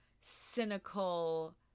cynical